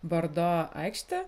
bordo aikštę